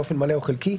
באופן מלא או חלקי,